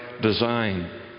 design